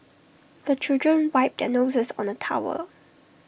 the children wipe their noses on the towel